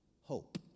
hope